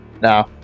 No